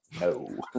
No